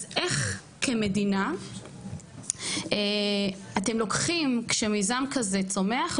אז איך כמדינה אתם לוקחים כשמיזם כזה צומח,